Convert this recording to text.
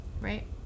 Right